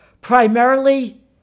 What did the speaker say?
primarily